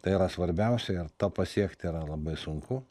tai yra svarbiausia ir to pasiekt yra labai sunku